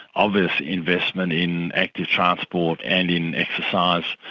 obvious investment in active transport and in exercise.